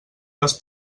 les